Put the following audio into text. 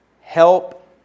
help